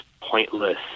pointless